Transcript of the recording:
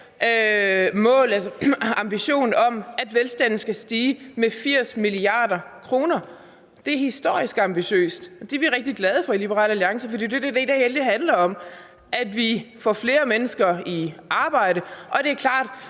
ambition om, at velstanden skal stige med 80 mia. kr. Det er historisk ambitiøst, og det er vi rigtig glade for i Liberal Alliance, for det er jo det, det hele handler om, nemlig at vi får flere mennesker i arbejde. Og det er klart,